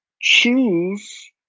Choose